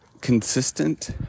consistent